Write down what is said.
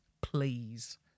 please